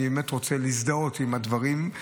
אני רוצה להזדהות עם הדברים.